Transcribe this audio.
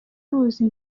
ruzi